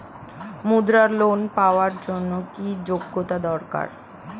মুদ্রা লোন পাওয়ার জন্য কি যোগ্যতা দরকার?